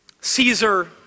Caesar